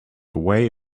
away